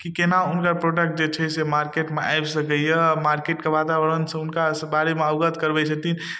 कि केना हुनकर प्रोडक्ट जे छै से मार्केटमे आबि सकय यऽ मार्केटके वातावरणसँ हुनका अइसब बारेमे अवगत करबय छथिन